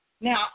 now